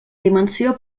dimensió